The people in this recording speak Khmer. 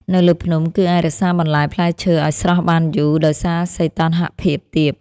នៅលើភ្នំ គឺអាចរក្សាបន្លែផ្លែឈើឱ្យស្រស់បានយូរដោយសារសីតុណ្ហភាពទាប។